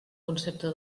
concepte